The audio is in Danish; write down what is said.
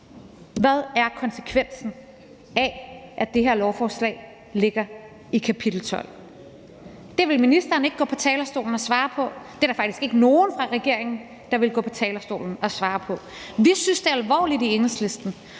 Hvad er konsekvensen af, at det her lovforslag ligger i kapitel 12? Det vil ministeren ikke gå på talerstolen og svare på; det er der faktisk ikke nogen fra regeringen der vil gå på talerstolen og svare på. Vi synes i Enhedslisten,